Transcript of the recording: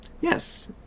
yes